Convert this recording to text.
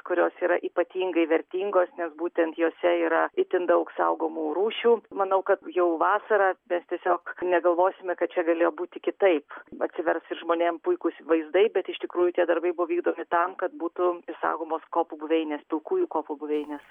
kurios yra ypatingai vertingos nes būtent jose yra itin daug saugomų rūšių manau kad jau vasarą mes tiesiog negalvosime kad čia galėjo būti kitaip atsivers ir žmonėm puikūs vaizdai bet iš tikrųjų tie darbai buvo vykdomi tam kad būtų išsaugomos kopų buveinės pilkųjų kopų buveinės